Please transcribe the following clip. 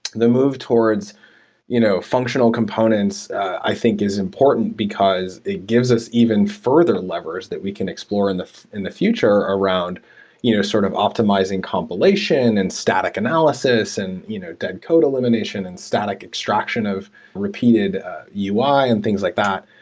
the move towards you know functional components i think is important, because it gives us even further levers that we can explore in the in the future around you know sort of optimizing compilation and static analysis and you know dead code el imination and static extraction of repeated ui and things like that.